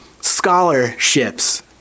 Scholarships